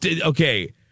okay